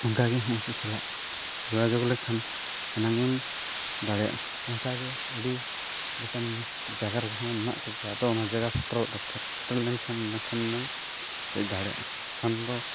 ᱚᱱᱠᱟᱜᱮ ᱩᱱᱠᱩ ᱥᱟᱞᱟᱜ ᱡᱳᱜᱟᱡᱳᱜᱽ ᱞᱮᱠᱷᱟᱱ ᱮᱱᱟᱝ ᱮᱢ ᱫᱟᱲᱮᱭᱟᱜᱼᱟ ᱚᱱᱠᱟᱜᱮ ᱟᱹᱰᱤ ᱮᱸᱰᱮᱠᱷᱟᱱ ᱡᱟᱭᱜᱟ ᱨᱮᱦᱚᱸ ᱢᱮᱱᱟᱜ ᱠᱚᱜᱮᱭᱟ ᱟᱫᱚ ᱚᱱᱟ ᱡᱟᱭᱜᱟ ᱥᱮᱴᱮᱨᱚᱜ ᱫᱚᱨᱠᱟᱨ ᱥᱮᱨᱮᱴ ᱞᱮᱱᱠᱷᱟ ᱮᱱᱠᱷᱟᱱᱮᱢ ᱫᱮᱡ ᱫᱟᱲᱮᱭᱟᱜᱼᱟ ᱵᱟᱝᱠᱷᱟᱱ ᱫᱚ